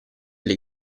alle